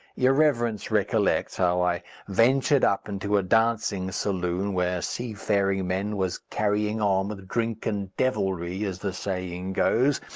your reverence recollects how i ventured up into a dancing saloon, where seafaring men was carrying on with drink and devilry, as the saying goes.